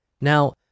Now